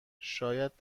شاید